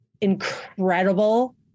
incredible